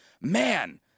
Man